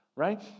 Right